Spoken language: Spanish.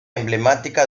emblemática